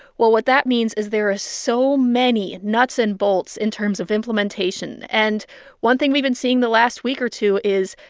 well, what that means is there are ah so many nuts and bolts in terms of implementation. and one thing we've been seeing the last week or two is,